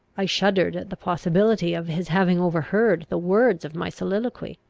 i shuddered at the possibility of his having overheard the words of my soliloquy.